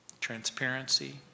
transparency